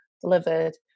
delivered